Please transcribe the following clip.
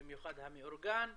במיוחד המאורגן,